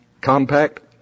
Compact